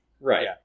Right